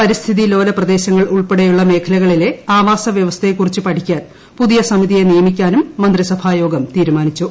പരിസ്ഥിതീ ലോല പ്രദേശങ്ങൾ ഉൾപ്പടെയുള്ള മേഖലകളിലെ ആവാസ വൃവസ്ഥയെ കുറിച്ച് പഠിക്കാൻ പുതിയ സമിതിയെ നിയമിക്കാനും മന്ത്രിസഭായോഗം തീരുമാനിച്ചു